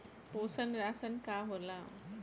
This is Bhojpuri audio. पोषण राशन का होला?